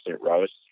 roast